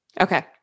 Okay